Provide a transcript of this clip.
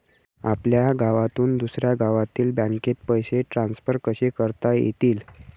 आपल्या गावातून दुसऱ्या गावातील बँकेत पैसे ट्रान्सफर कसे करता येतील?